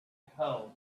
held